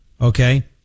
Okay